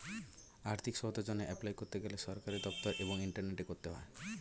আর্থিক সহায়তার জন্যে এপলাই করতে গেলে সরকারি দপ্তর এবং ইন্টারনেটে করতে হয়